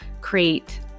create